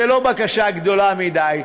זו לא בקשה גדולה מדי.